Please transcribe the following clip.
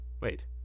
Wait